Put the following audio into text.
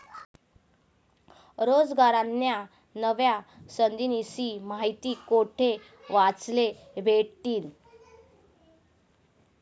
रोजगारन्या नव्या संधीस्नी माहिती कोठे वाचले भेटतीन?